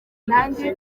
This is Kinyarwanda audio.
nanjye